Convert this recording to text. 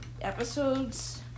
episodes